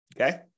Okay